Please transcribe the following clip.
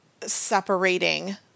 separating